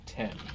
Ten